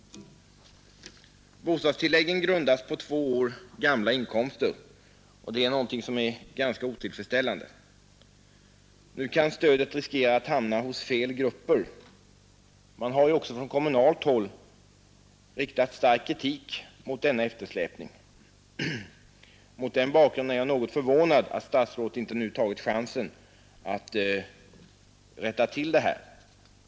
Bostadstilläggen grundas på två år gamla inkomster, vilket är ganska otillfredsställande. Nu är det risk att stödet hamnar hos fel grupper. Från kommunalt håll har också riktats stark kritik mot denna eftersläpning. Mot den bakgrunden är jag något förvånad över att statsrådet inte nu tagit chansen att rätta till detta förhållande.